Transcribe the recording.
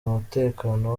mutekano